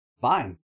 Fine